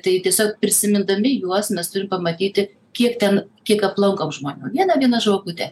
tai tiesiog prisimindami juos mes turim pamatyti kiek ten kiek aplankom žmonių viena viena žvakutė